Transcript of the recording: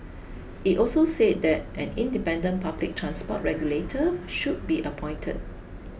it also said that an independent public transport regulator should be appointed